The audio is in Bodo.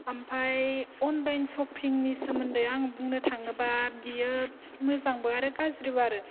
ओमफ्राय अनलाइन सपिंनि आं बुंनो थाङोब्ला बियो मोजांबो आरो गाज्रिबो आरो